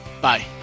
Bye